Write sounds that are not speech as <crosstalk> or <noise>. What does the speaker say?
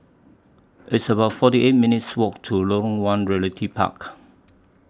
It's about <noise> forty eight minutes' Walk to Lorong one Realty Park